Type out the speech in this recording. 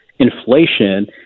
Inflation